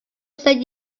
sent